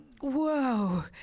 whoa